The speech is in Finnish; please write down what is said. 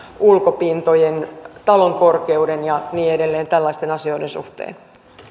ulkopintojen talon korkeuden ja niin edelleen tällaisten asioiden suhteen